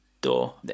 door